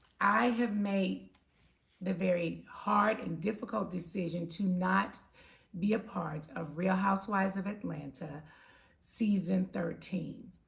i have made the very hard and difficult decision to not be a part of real housewives of atlanta season thirteen.